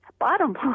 bottom